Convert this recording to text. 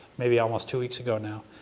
maybe almost two weeks ago now,